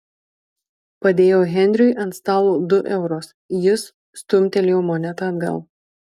padėjau henriui ant stalo du eurus jis stumtelėjo monetą atgal